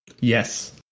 Yes